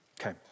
Okay